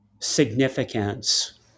significance